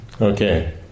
Okay